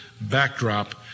backdrop